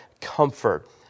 comfort